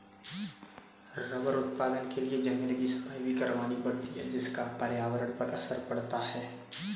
rubber उत्पादन के लिए जंगल की सफाई भी करवानी पड़ती है जिसका पर्यावरण पर असर पड़ता है